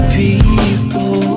people